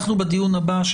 בדיון הבא,